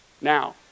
Now